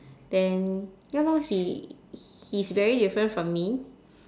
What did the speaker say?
then ya lor he he's very different from me